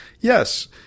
yes